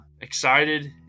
excited